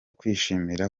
kwishimira